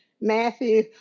matthew